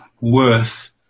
worth